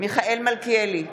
מיכאל מלכיאלי,